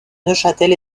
neuchâtel